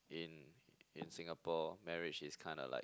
in in Singapore marriage is kinda like